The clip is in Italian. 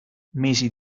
mesi